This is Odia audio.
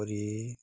ଏପରି